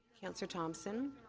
councillor thompson.